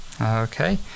Okay